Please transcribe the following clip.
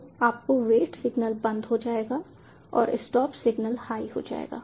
तो आपका wait signal बंद हो जाएगा और स्टॉप सिग्नल हाई हो जाएगा